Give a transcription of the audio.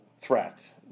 threat